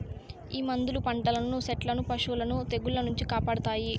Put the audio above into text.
ఈ మందులు పంటలను సెట్లను పశులను తెగుళ్ల నుంచి కాపాడతాయి